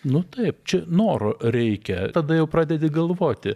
nu taip čia noro reikia tada jau pradedi galvoti